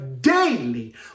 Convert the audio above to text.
daily